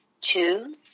two